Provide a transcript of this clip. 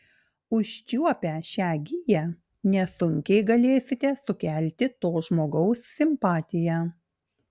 užčiuopę šią giją nesunkiai galėsite sukelti to žmogaus simpatiją